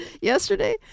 yesterday